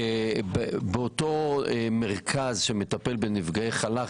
באותו מרכז שמטפל בנפגעי חל"כ,